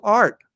art